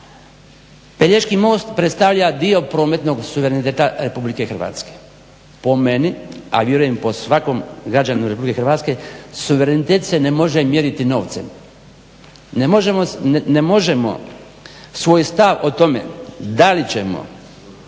Pelješki most predstavlja dio prometnog suvereniteta RH. po meni a vjerujem i po svakom građaninu RH suverenitet se ne može mjeriti novcem, ne možemo svoj stav o tome da li ćemo dovršiti